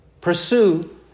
Pursue